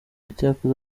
icyakora